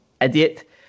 idiot